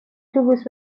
اتوبوس